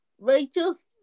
Rachel's